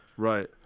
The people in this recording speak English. Right